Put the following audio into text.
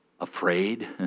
Afraid